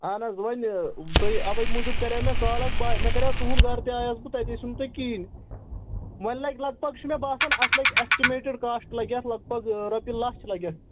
اَہَن حظ ؤلۍ تُہۍ اَوَے موٗجوٗب کَرے مےٚ کال حظ بہٕ مےٚ کَریو تُہُنٛد گَرٕ تہٕ آیوس بہٕ تَتہِ ٲسِو نہٕ تُہۍ کِہیٖنۍ وۄنۍ لَگہِ لَگ بَگ چھُ مےٚ باسان اَتھ لَگہِ اٮ۪سٹِمیٹٕڈ کاسٹ لَگہِ اَتھ لگ بگ رۄپیہِ لَچھ لَگہِ اَتھ